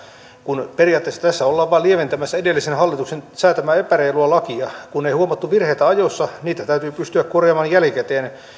kun periaatteessa tässä ollaan vain lieventämässä edellisen hallituksen säätämää epäreilua lakia kun ei huomattu virheitä ajoissa niitä täytyy pystyä korjaamaan jälkikäteen